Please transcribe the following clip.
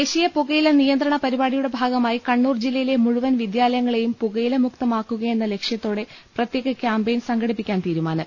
ദേശീയം പുകയില നിയന്ത്രണ പരിപാടിയുടെ ഭാഗമാ യി കണ്ണൂർ ജില്ലയിലെ മുഴുവൻ വിദ്യാലയങ്ങളെയും പുക യില മുക്തമാക്കുകയെന്ന ലക്ഷ്യത്തോടെ പ്രത്യേക ക്യാ മ്പയിൻ സംഘടിപ്പിക്കാൻ തീരുമാനം